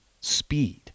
Speed